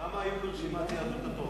כמה היו ברשימת יהדות התורה?